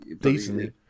decently